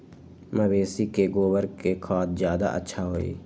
मवेसी के गोबर के खाद ज्यादा अच्छा होई?